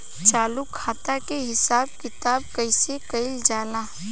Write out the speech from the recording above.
चालू खाता के हिसाब किताब कइसे कइल जाला?